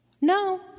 No